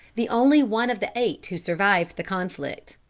the only one of the eight who survived the conflict.